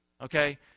Okay